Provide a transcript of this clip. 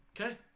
Okay